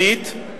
שנית,